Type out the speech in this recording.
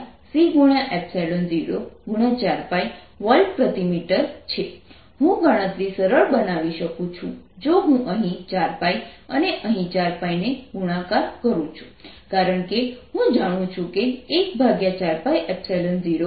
હું ગણતરી સરળ બનાવી શકું છું જો હું અહીં 4 અને અહીં 4 ને ગુણાકાર કરું છું કારણ કે હું જાણું છું કે 1409109 થાય છે